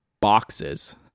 boxes